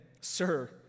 Sir